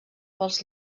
pels